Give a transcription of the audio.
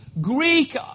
Greek